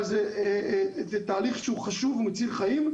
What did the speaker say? אבל זה תהליך שהוא חשוב, הוא מציל חיים.